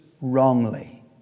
wrongly